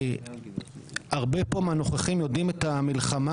הרבה פה מהנוכחים יודעים את המלחמה